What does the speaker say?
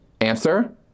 Answer